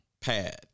Pad